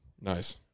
Nice